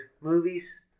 movies